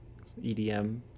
EDM